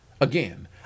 Again